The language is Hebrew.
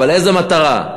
אבל איזו מטרה?